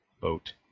boat